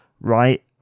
right